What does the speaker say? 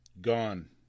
Gone